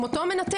עם אותו מנתח?